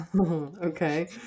Okay